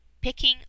Picking